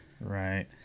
Right